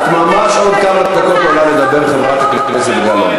את ממש עוד כמה דקות עולה לדבר, חברת הכנסת גלאון.